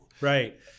Right